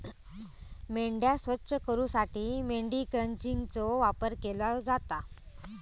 मेंढ्या स्वच्छ करूसाठी मेंढी क्रचिंगचो वापर केलो जाता